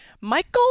Michael